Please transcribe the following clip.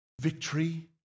Victory